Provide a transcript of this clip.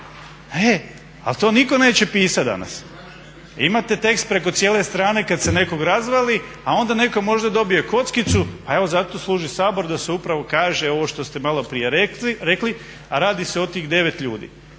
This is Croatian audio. Ali to nitko neće pisati danas. Imate tekst preko cijele strane kada se nekog razvali, a onda netko možda dobije kockicu, pa evo zato služi Sabor da se upravo kaže ovo što ste malo prije rekli, a radi se o tih 9 ljudi.